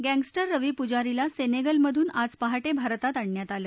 gangster Ravi पुजारीला सेनेगलमधून आज पहाटे भारतात आणण्यात आलं